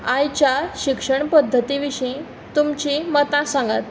आयच्या शिक्षण पद्दती विशीं तुमचीं मतां सांगात